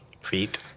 Feet